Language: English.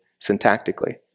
syntactically